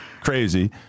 crazy